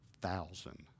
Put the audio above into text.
thousand